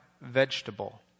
Vegetable